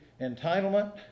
entitlement